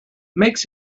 makes